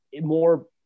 more